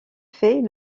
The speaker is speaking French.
fait